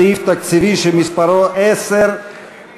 סעיף תקציבי שמספרו 10,